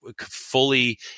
fully